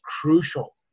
crucial